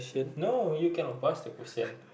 no you cannot pass the question